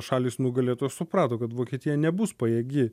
šalys nugalėtojos suprato kad vokietija nebus pajėgi